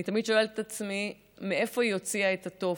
אני תמיד שואלת את עצמי: מאיפה היא הוציאה את התוף,